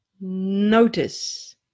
Notice